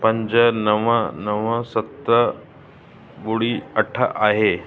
पंज नव नव सत ॿुड़ी अठ आहे